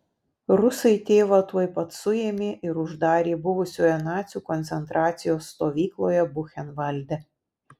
rusai tėvą tuoj pat suėmė ir uždarė buvusioje nacių koncentracijos stovykloje buchenvalde